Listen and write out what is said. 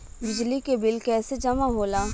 बिजली के बिल कैसे जमा होला?